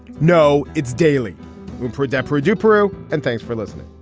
no it's daily fredette produce peru. and thanks for listening